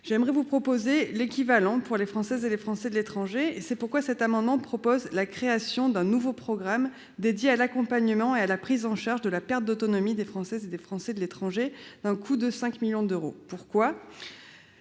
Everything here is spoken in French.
J'aimerais vous proposer l'équivalent pour les Françaises et les Français de l'étranger. Cet amendement vise donc à créer un nouveau programme consacré à l'accompagnement et à la prise en charge de la perte d'autonomie des Françaises et des Français de l'étranger, pour un coût de 5 millions d'euros. Certes,